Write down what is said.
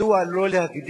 שאלתי היא, מדוע לא להגדיל